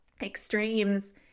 extremes